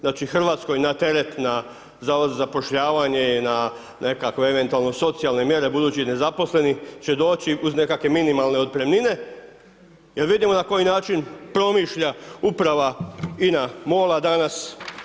Znači, Hrvatskoj na teret, na Zavod za zapošljavanje i na nekakve eventualno socijalne mjere budućih nezaposlenih će doći uz nekakve minimalne otpremnine, jer vidimo na koji način promišlja Uprava INA-MOL-a danas.